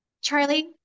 Charlie